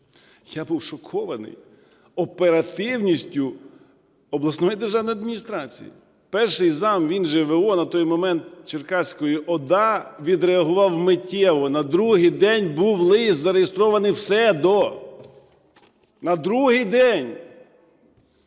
Я був шокований оперативністю обласної державної адміністрації. Перший зам він же в.о. на той момент Черкаської ОДА відреагував миттєво, на другий день був лист зареєстрований в СЕДО. На другий день.